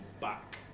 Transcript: back